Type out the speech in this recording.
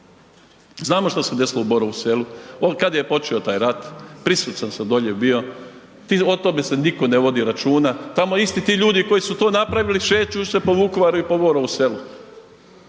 Znamo što se desilo u Borovu Selu, kad je počeo taj rat, .../Govornik se ne razumije./... dolje bio, o tome se nitko ne vodi računa, tamo isti ti ljudi koji su to napravili šeću se po Vukovaru i po Borovu Selu.